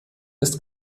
ist